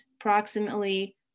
approximately